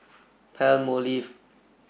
Palmolive